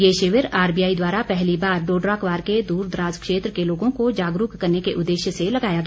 यह शिविर आरबीआई द्वारा पहली बार डोडरा क्वार के दूरदराज क्षेत्र के लोगों को जागरूक करने के उद्देश्य से लगाया गया